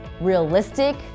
realistic